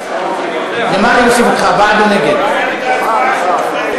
לדיון מוקדם בוועדה שתקבע ועדת הכנסת נתקבלה.